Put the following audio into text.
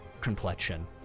complexion